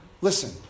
Listen